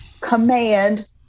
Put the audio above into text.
command